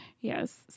Yes